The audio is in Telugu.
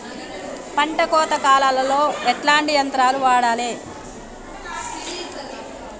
పంట కోత కాలాల్లో ఎట్లాంటి యంత్రాలు వాడాలే?